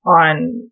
on